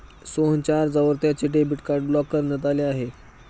सोहनच्या अर्जावर त्याचे डेबिट कार्ड ब्लॉक करण्यात आले आहे